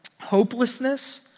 hopelessness